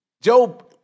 Job